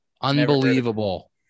unbelievable